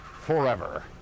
forever